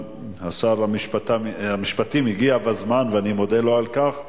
שר המשפטים הגיע בזמן ואני מודה לו על כך.